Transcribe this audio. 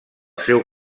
seu